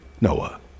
Noah